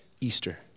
Easter